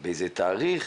באיזה תאריך